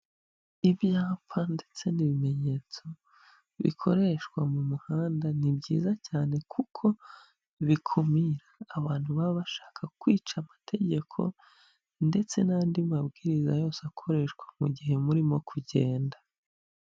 Ibyapa ndetse n'ibimenyetso bikoreshwa mu muhanda ni byiza cyane kuko bikumira abantu baba bashaka kwica amategeko ndetse n'andi mabwiriza yose akoreshwa mu gihe murimo kugenda.